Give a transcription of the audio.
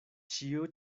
ĉio